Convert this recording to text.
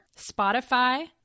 Spotify